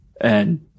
And-